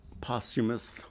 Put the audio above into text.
Posthumous